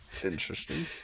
Interesting